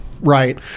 right